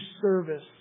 service